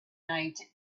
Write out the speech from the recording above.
night